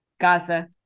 Gaza